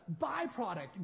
byproduct